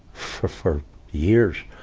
for, for years.